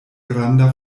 granda